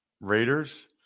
Raiders